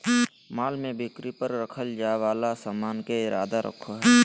माल में बिक्री पर रखल जाय वाला सामान के इरादा रखो हइ